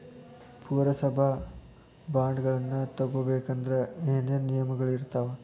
ಪುರಸಭಾ ಬಾಂಡ್ಗಳನ್ನ ತಗೊಬೇಕಂದ್ರ ಏನೇನ ನಿಯಮಗಳಿರ್ತಾವ?